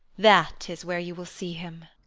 that is where you will see him!